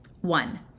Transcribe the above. One